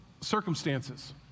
circumstances